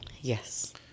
Yes